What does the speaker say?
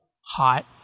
hot